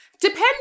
Depends